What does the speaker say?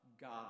God